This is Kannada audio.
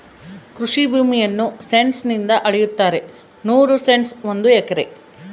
ಕೃಷಿ ಭೂಮಿಯನ್ನು ಸೆಂಟ್ಸ್ ನಿಂದ ಅಳೆಯುತ್ತಾರೆ ನೂರು ಸೆಂಟ್ಸ್ ಒಂದು ಎಕರೆ